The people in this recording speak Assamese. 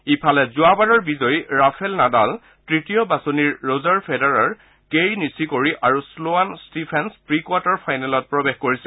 ইফালে যোৱাবাৰৰ ৰাফেল নাডাল তৃতীয় বাছনিৰ ৰজাৰ ফেডেৰাৰ কেই নিশ্বিকৰি আৰু শ্নৱান ষ্টিফেঞ্চ প্ৰি কোৱাৰ্টাৰ ফাইনেলত প্ৰৱেশ কৰিছে